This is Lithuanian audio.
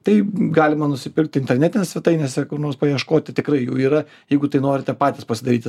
tai galima nusipirkt internetinėse svetainėse kur nors paieškoti tikrai jų yra jeigu tai norite patys pasidaryti